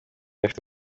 bafite